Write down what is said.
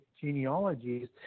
genealogies